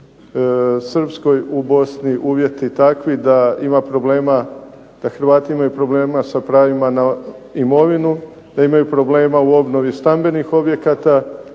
Srpskoj, u Bosni uvjeti takvi da ima problema da Hrvati imaju problema sa pravima na imovinu, da imaju problema u obnovi stambenih objekata,